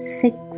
six